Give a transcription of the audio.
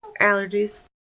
Allergies